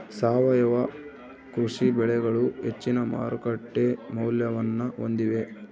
ಸಾವಯವ ಕೃಷಿ ಬೆಳೆಗಳು ಹೆಚ್ಚಿನ ಮಾರುಕಟ್ಟೆ ಮೌಲ್ಯವನ್ನ ಹೊಂದಿವೆ